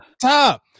top